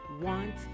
want